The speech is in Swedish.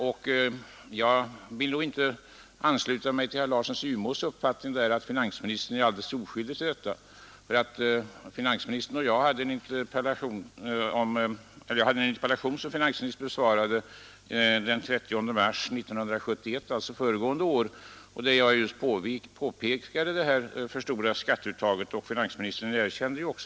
Jag ansluter mig inte till herr Larssons i Umeå uppfattning att finansministern är alldeles oskyldig till detta. Jag riktade förra året en interpellation till finansministern som han besvarade den 30 mars 1971. I interpellationen påpekade jag att skatteuttaget var för stort, och finansministern erkände detta.